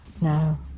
No